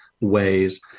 ways